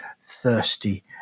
thirsty